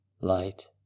Light